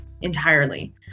entirely